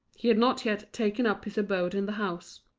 he had not yet taken up his abode in the house.